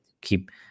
keep